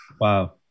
wow